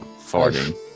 farting